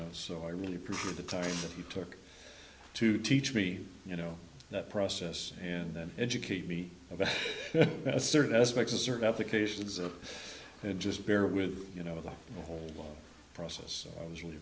know so i really prefer the time that he took to teach me you know that process and then educate me about certain aspects of certain applications and just bear with you know the whole process was really